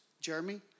Jeremy